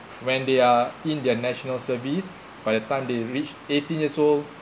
when they are in their national service by the time they reach eighteen years old